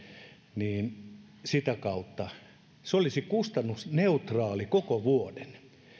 niin sitä kautta se olisi kustannusneutraali koko vuoden